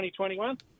2021